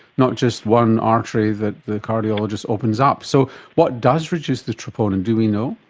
not just one artery that the cardiologists opens up. so what does reduce the troponin, do we know?